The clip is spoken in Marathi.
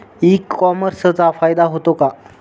ई कॉमर्सचा फायदा होतो का?